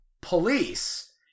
police